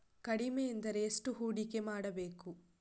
ಕಡಿಮೆ ಎಂದರೆ ಎಷ್ಟು ಹೂಡಿಕೆ ಮಾಡಬೇಕು?